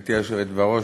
גברתי היושבת בראש,